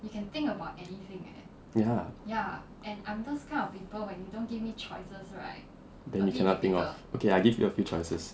ya then you cannot think of okay I give you a few choices